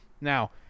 Now